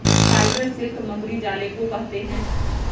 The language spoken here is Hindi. स्पाइडर सिल्क मकड़ी जाले को कहते हैं